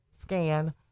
scan